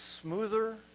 smoother